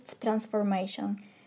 transformation